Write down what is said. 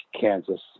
Kansas